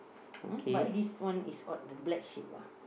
but this one is called the black sheep lah